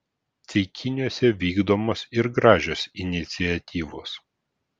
ceikiniuose vykdomos ir gražios iniciatyvos